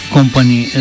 Company